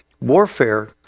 warfare